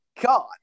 God